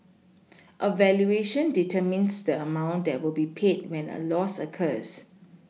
a valuation determines the amount that will be paid when a loss occurs